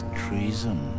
treason